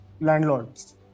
landlords